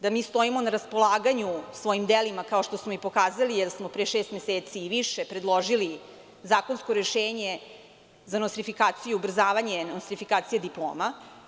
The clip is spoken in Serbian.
Da mi stojimo na raspolaganju svojim delima, kao što smo i pokazali, jer smo pre šest meseci i više predložili zakonsko rešenje za nostrifikaciju i ubrzavanje nostrifikacije diploma.